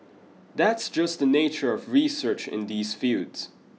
that's just the nature of research in these fields